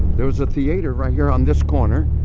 there was a theater right here on this corner,